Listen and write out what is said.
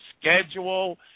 schedule